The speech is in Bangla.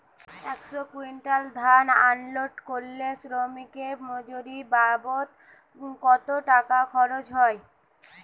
একশো কুইন্টাল ধান আনলোড করতে শ্রমিকের মজুরি বাবদ কত টাকা খরচ হয়?